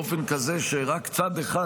באופן כזה שרק קולו של צד אחד,